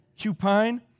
Cupine